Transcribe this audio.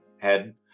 head